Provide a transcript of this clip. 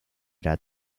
era